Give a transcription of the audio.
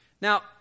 Now